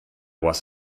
was